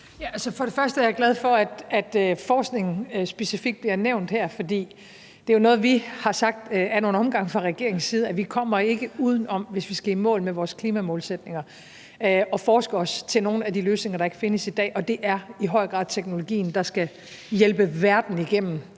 fremmest er jeg glad for, at forskningen specifikt bliver nævnt her, for det er jo noget, vi har sagt ad nogle omgange fra regeringens side: at vi kommer ikke uden om, hvis vi skal i mål med vores klimamålsætninger, at forske os til nogle af de løsninger, der ikke findes i dag. Det er i høj grad teknologien, der skal hjælpe verden igennem